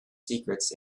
secrets